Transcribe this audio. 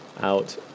out